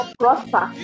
prosper